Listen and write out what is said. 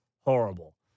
horrible